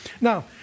Now